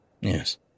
Yes